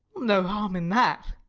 no harm in that.